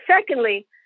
secondly